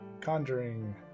conjuring